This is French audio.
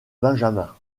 benjamin